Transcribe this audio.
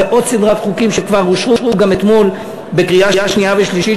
זה עוד בסדרת חוקים שכבר אושרו גם אתמול בקריאה שנייה ושלישית,